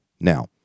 Now